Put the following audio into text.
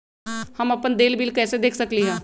हम अपन देल बिल कैसे देख सकली ह?